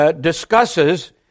discusses